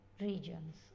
regions